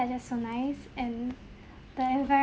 are just so nice and the environment's